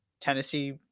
Tennessee